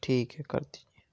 ٹھیک ہے کر دیجیے